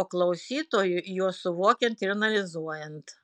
o klausytojui juos suvokiant ir analizuojant